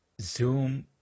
zoom